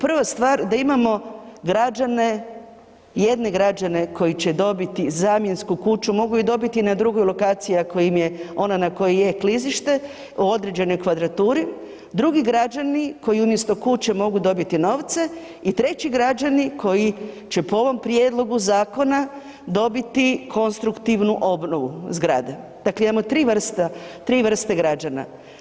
Prva stvar da imamo građane, jedne građane koji će dobiti zamjensku kuću, mogu je dobiti i na drugoj lokaciji ako im je ona na kojoj je klizište u određenoj kvadraturi, drugi građani koji umjesto kuće mogu dobiti novce i treći građani koji će po ovom prijedlogu zakona dobiti konstruktivnu obnovu zgrade, dakle, imamo 3 vrste, 3 vrste građana.